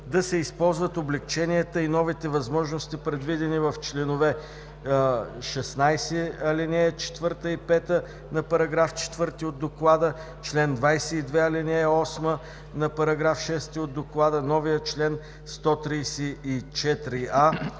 да се използват облекченията и новите възможности, предвидени в чл. 16, ал. 4 и 5 на § 4 от доклада, чл. 22, ал. 8 на § 6 от доклада, новия чл. 134а,